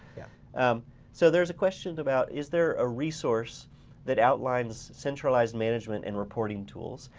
yeah um so there's a question about is there a resource that outlines centralized management in reporting tools.